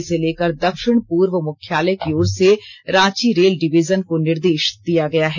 इसे लेकर दक्षिण पूर्व मुख्यालय की ओर से रांची रेल डिविजन को निर्देष दिया गया है